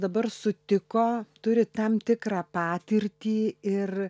dabar sutiko turi tam tikrą patirtį ir